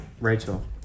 Rachel